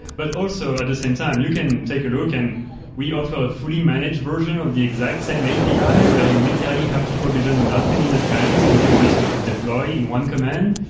but also at the same time, you can take a look, and we offer a fully managed version of the exact same api where you literally have to provision nothing in advance and can just deploy in one command.